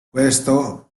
questo